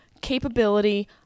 capability